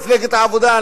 מפלגת העבודה,